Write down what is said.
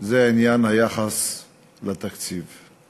זה עניין היחס לתקציב.